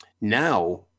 Now